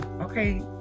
okay